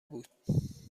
بود